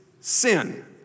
sin